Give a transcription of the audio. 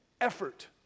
effort